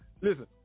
listen